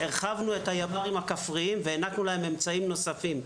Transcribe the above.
הרחבנו את הימ״רים הכפריים והענקנו להם אמצעים נוספים.